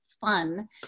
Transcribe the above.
fun